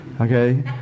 okay